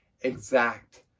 exact